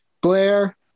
Blair